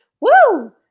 Woo